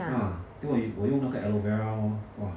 ah then 我我用那个 aloe vera lor !wah!